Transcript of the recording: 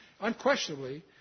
unquestionably